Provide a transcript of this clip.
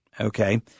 Okay